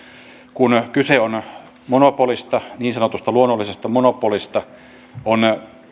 kun kyse on monopolista niin sanotusta luonnollisesta monopolista on